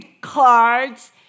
cards